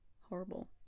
horrible